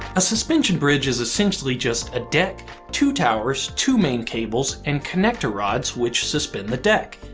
a suspension bridge is essentially just a deck, two towers, two main cables, and connector rods which suspend the deck,